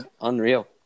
Unreal